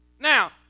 now